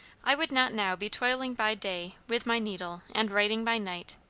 i would not now be toiling by day with my needle, and writing by night,